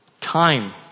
time